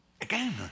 Again